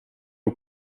aux